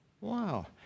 Wow